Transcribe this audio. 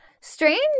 Strange